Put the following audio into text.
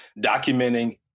documenting